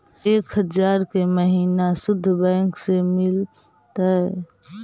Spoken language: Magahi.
एक हजार के महिना शुद्ध बैंक से मिल तय?